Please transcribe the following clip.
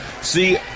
see